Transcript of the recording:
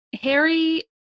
Harry